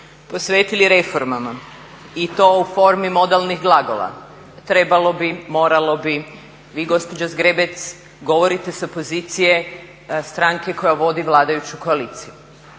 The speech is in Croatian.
posvetili reformama i to u formi modalnih glagola, trebalo bi, moralo bi. Vi gospođo Zgrebec govorite sa pozicije stranke koja vodi vladajuću koaliciju.